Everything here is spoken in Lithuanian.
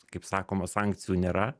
kaip sakoma sankcijų nėra